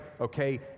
okay